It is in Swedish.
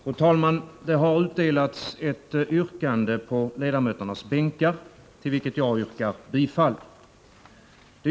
Fru talman! Det har utdelats ett särskilt yrkande på ledamöternas bänkar till vilket jag yrkar bifall.